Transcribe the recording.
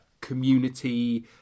community